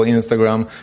Instagram